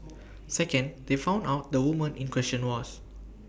second they found out the woman in question was